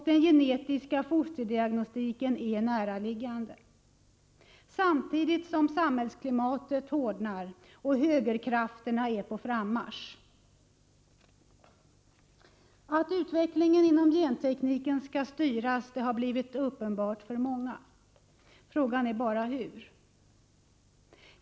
Den genetiska fosterdiagnostiken är en näraliggande metod. Samtidigt hårdnar samhällsklimatet. Och högerkrafterna är på frammarsch. Att utvecklingen inom gentekniken skall styras har blivit uppenbart för många. Frågan är bara hur den skall styras.